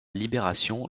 libération